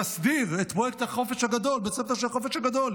יסדיר את פרויקט בית הספר של החופש הגדול,